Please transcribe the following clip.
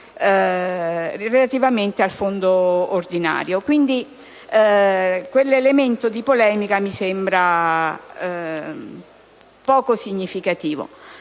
relativamente al fondo ordinario. Pertanto, quell'elemento di polemica mi sembra poco significativo.